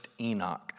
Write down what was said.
Enoch